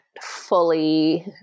fully